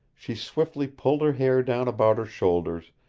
she swiftly pulled her hair down about her shoulders,